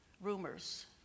rumors